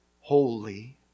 Holy